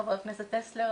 חבר הכנסת טסלר,